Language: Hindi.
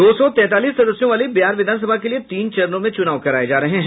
दौ सौ तैंतालीस सदस्यों वाली बिहार विधानसभा के लिए तीन चरणों में चुनाव कराये जा रहे हैं